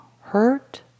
hurt